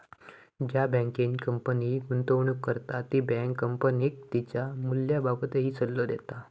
ज्या बँकेत कंपनी गुंतवणूक करता ती बँक कंपनीक तिच्या मूल्याबाबतही सल्लो देता